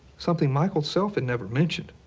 something michael self had never mentioned.